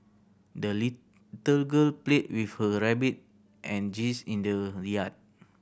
the little girl played with her rabbit and geese in the yard